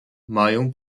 mają